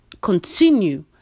continue